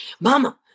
mama